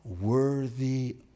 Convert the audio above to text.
worthy